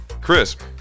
Crisp